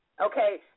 okay